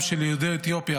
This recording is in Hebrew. חגם של יהודי אתיופיה,